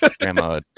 Grandma